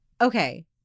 okay